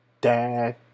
dad